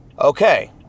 okay